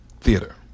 theater